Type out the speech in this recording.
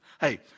hey